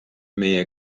meie